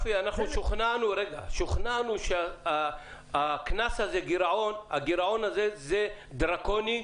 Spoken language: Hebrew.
שוכנענו שהקנס הזה, הגירעון הזה הוא דרקוני,